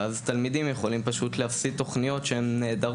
ואז תלמידים יכולים פשוט להפסיד תכניות שהן נהדרות.